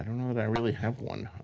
know that i really have one.